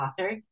author